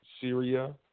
Syria